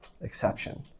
exception